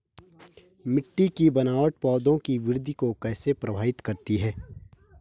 मिट्टी की बनावट पौधों की वृद्धि को कैसे प्रभावित करती है?